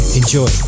enjoy